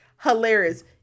hilarious